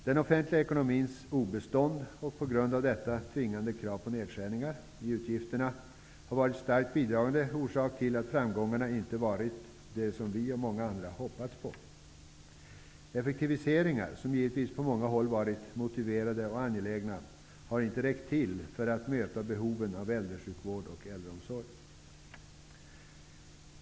Den offentliga ekonomins och därav följande tvingande krav på nedskärningar av utgifterna har varit en starkt bidragande orsak till att framgångarna inte har varit sådana som vi och många andra har hoppats på. Effektiviseringar, som på många håll givetvis varit motiverade och angelägna, har inte räckt till för att möta behoven av äldresjukvård och äldreomsorg.